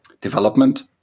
development